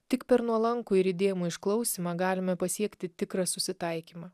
tik per nuolankų ir įdėmų išklausymą galime pasiekti tikrą susitaikymą